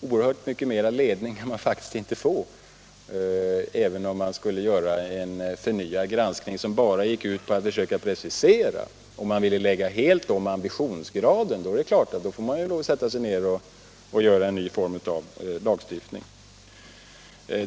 oerhört mycket mera ledning kan man faktiskt inte få, även om man skulle göra en förnyad granskning som bara gick ut på att försöka precisera. Om man helt ville ändra ambitionsgraden, skulle man givetvis få sätta sig ned och utforma nya regler.